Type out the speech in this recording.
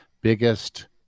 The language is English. biggest